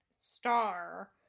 star